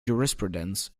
jurisprudence